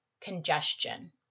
congestion